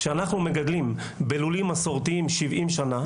אנחנו מגדלים בלולים מסורתיים 70 שנים.